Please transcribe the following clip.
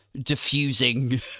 diffusing